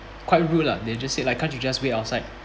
quite rude lah they just said like can't you just wait outside